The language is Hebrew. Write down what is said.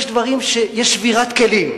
יש שבירת כלים.